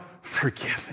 forgiven